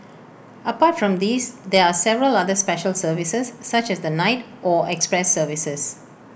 apart from these there are several other special services such as the night or express services